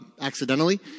accidentally